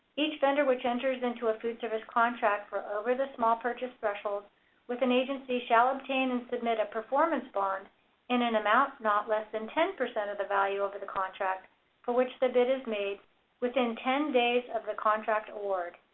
each vendor which enters into a food service contract for over the small purchase threshold with an agency shall obtain and submit a performance bond in an amount not less than ten percent of the value of the contract for which the bid is made within ten days of the contract award.